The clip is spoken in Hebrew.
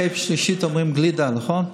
ואחרי השלישית אומרים "גלידה", נכון?